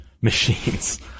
machines